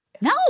No